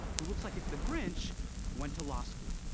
who looks like if the grinch went to law school.